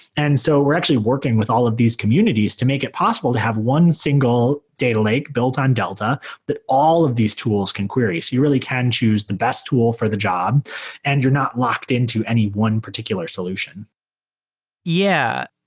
and so we're actually working with all of these communities to make it possible to have one single data lake built on delta that all of these tools can queries. you really can choose the best tool for the job and you're not locked into any one particular solution sed